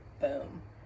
boom